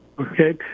Okay